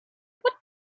what